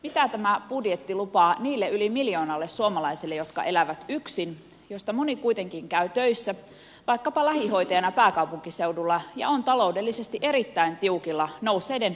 mitä tämä budjetti lupaa niille yli miljoonalle suomalaiselle jotka elävät yksin joista moni kuitenkin käy töissä vaikkapa lähihoitajana pääkaupunkiseudulla ja on taloudellisesti erittäin tiukilla nousseiden elinkustannusten myötä